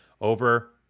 over